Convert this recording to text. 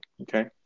Okay